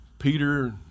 Peter